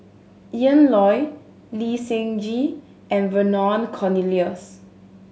Ian Loy Lee Seng Gee and Vernon Cornelius